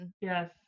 Yes